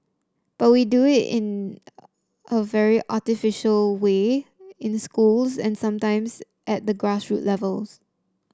but we do it in a very artificial way in schools and sometimes at the grass root levels